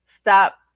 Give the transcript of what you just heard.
Stop